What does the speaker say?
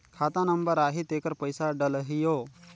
खाता नंबर आही तेकर पइसा डलहीओ?